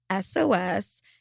SOS